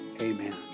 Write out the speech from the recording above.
amen